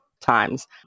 times